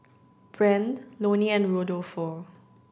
Brande Loni and Rodolfo